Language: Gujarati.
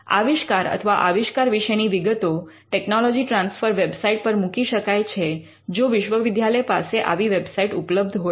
આવિષ્કાર અથવા આવિષ્કાર વિશેની વિગતો ટેકનોલોજી ટ્રાન્સફર વેબસાઇટ પર મૂકી શકાય છે જો વિશ્વવિદ્યાલય પાસે આવી વેબસાઇટ ઉપલબ્ધ હોય તો